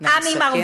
נא לסכם, גברתי.